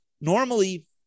normally